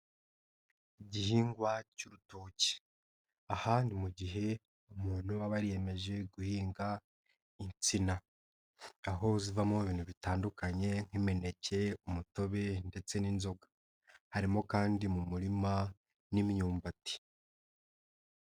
Igihingwa cy'urutoki, aha ni mu gihe umuntu aba yiyemeje guhinga insina aho bivamo ibintu bitandukanye nk'imineke, umutobe ndetse n'inzoga, harimo kandi mu murima n'imyumbati.